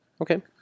Okay